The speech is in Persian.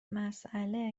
مسئله